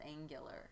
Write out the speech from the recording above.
angular